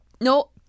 No